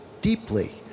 deeply